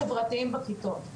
חברתיים בכיתות,